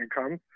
income